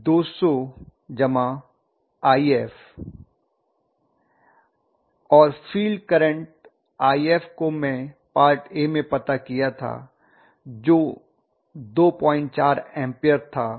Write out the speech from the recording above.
तो Ia होगा 200If और फील्ड करंट If को मैंने पार्ट में पता किया था जो 24 एम्पेयर था